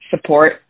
support